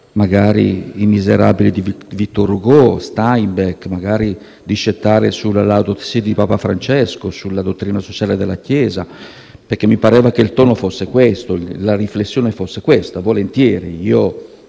magari «I Miserabili» di Victor Hugo, Steinbeck, magari discettare sulla «Laudato si'» di papa Francesco o sulla dottrina sociale della Chiesa, perché mi pareva che il tono fosse questo, la riflessione fosse di questo tenore.